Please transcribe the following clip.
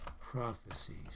Prophecies